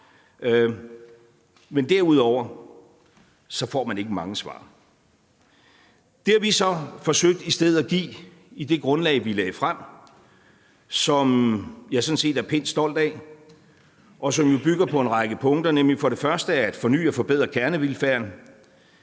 Men derudover får man ikke mange svar. Det har vi så forsøgt i stedet at give i det grundlag, vi lagde frem, som jeg sådan set er pænt stolt af, og som jo bygger på en række punkter, nemlig for det første at forny og forbedre kernevelfærden.